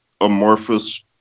amorphous